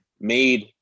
made